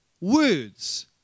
words